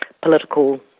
political